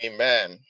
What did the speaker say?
Amen